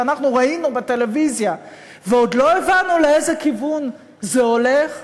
שאנחנו ראינו בטלוויזיה ועוד לא הבנו לאיזה כיוון זה הולך,